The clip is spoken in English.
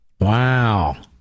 Wow